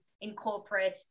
incorporate